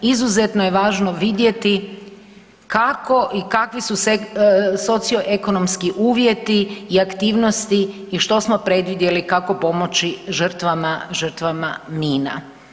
Izuzetno je važno vidjeti kako i kakvi su socioekonomski uvjeti i aktivnosti i što smo predvidjeli kako pomoći žrtvama, žrtvama mina.